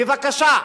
בבקשה,